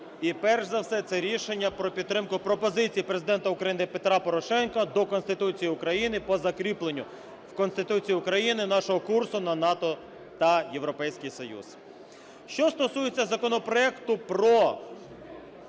І, перш за все, це рішення про підтримку пропозицій Президента України Петра Порошенка до Конституції України по закріпленню в Конституцію України нашого курсу на НАТО та Європейський Союз. Що стосується законопроекту про